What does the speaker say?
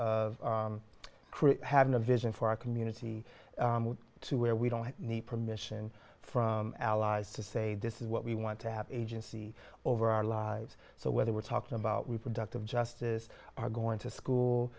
chris having a vision for our community to where we don't need permission from allies to say this is what we want to have agency over our lives so whether we're talking about reproductive justice are going to school